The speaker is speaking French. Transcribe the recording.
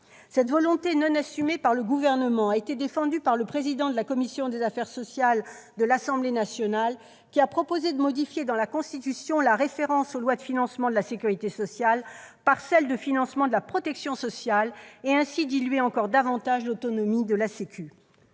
Cette volonté non assumée par le Gouvernement a été défendue par le président de la commission des affaires sociales de l'Assemblée nationale, qui a proposé de modifier dans la Constitution la référence aux lois de « financement de la sécurité sociale » par celle de « financement de la protection sociale » et ainsi de diluer encore davantage l'autonomie de la sécurité